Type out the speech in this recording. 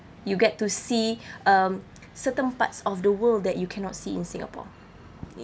you get to see um certain parts of the world that you cannot see in singapore